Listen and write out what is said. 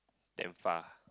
damn far